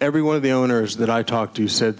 every one of the owners that i talked to said